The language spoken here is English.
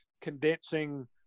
condensing